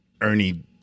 Ernie